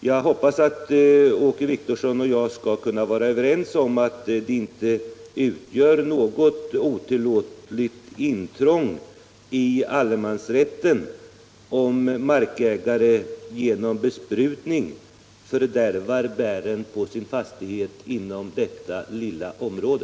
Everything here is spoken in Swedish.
Jag hoppas att Åke Wictorsson och jag skall kunna vara överens om att det inte utgör något otillåtet intrång i allemansrätten, om markägare genom besprutning fördärvar bären på sin fastighet inom detta lilla område.